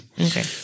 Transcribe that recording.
okay